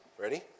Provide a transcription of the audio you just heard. Ready